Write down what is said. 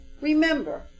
Remember